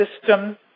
system